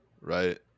right